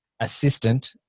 assistant